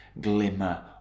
glimmer